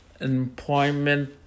employment